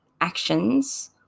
actions